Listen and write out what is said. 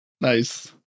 Nice